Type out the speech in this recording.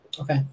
Okay